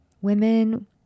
Women